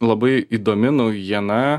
labai įdomi naujiena